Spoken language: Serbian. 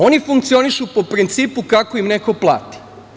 Oni funkcionišu po principu kako im neko plati.